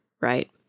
right